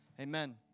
amen